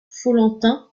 follentin